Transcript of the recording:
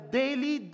daily